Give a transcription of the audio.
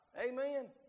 Amen